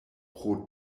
pro